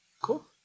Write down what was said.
Cool